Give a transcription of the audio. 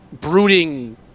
brooding